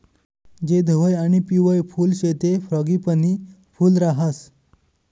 जे धवयं आणि पिवयं फुल शे ते फ्रॉगीपनी फूल राहास